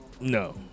no